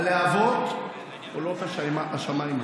הלהבות עולות השמימה.